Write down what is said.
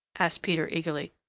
asked peter eagerly.